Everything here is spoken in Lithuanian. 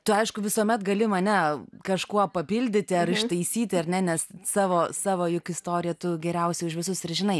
tu aišku visuomet gali mane kažkuo papildyti ar ištaisyti ar ne nes savo savo juk istoriją tu geriausiai už visus ir žinai